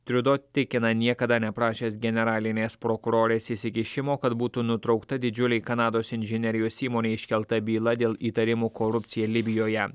triudo tikina niekada neprašęs generalinės prokurorės įsikišimo kad būtų nutraukta didžiulei kanados inžinerijos įmonei iškelta byla dėl įtarimų korupcija libijoje